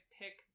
pick